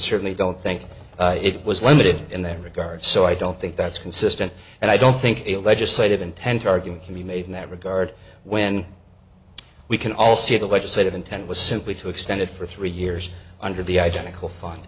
certainly don't think it was limited in their regard so i don't think that's consistent and i don't think it legislative intent argument can be made in that regard when we can all see the legislative intent was simply to extend it for three years under the identical find